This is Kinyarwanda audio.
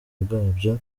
bwabyo